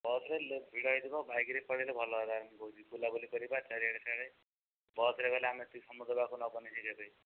ବସ୍ରେ ଗଲେ ଭିଡ଼ ହେଇଥିବ ବାଇକ୍ରେ ପଳେଇଲେ ଭଲ ହେଲା ମୁଁ କହୁଥିଲି ବୁଲାବୁଲି କରିବା ଚାରିଆଡ଼େ ସିଆଡ଼େ ବସ୍ରେ ଗଲେ ଆମେ ସେ ସମୁଦ୍ର ପାଖକୁ ନବନି ସେ ଯାକେ